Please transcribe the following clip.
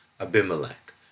Abimelech